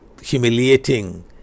humiliating